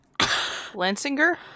Lansinger